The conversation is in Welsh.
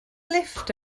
lifft